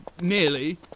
nearly